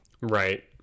right